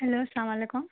hello السّلام علیکم